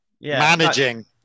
managing